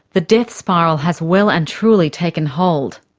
the death spiral has well and truly taken hold.